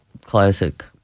classic